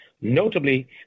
Notably